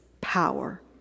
power